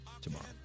tomorrow